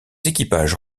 équipages